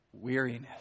weariness